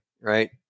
right